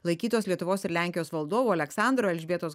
laikytos lietuvos ir lenkijos valdovų aleksandro elžbietos